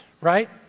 Right